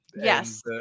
Yes